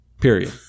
period